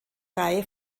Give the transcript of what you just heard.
reihe